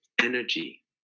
energy